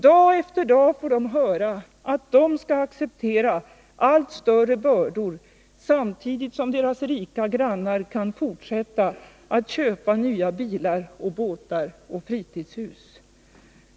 Dag efter dag får de höra att de skall acceptera allt större bördor, samtidigt som deras rika grannar kan fortsätta att köpa nya bilar och båtar och fritidshus.